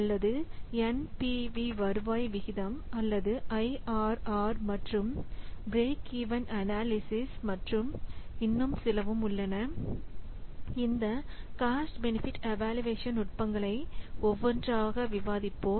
அல்லது NPV வருவாய் விகிதம் அல்லது ஐஆர்ஆர் மற்றும் பிரேக் ஈவன் அனாலிசிஸ் மற்றும் இன்னும் சிலவும் உள்ளன இந்த காஸ்ட் பெனிஃபிட் இவாலுயேஷன் நுட்பங்களை ஒவ்வொன்றாக விவாதிப்போம்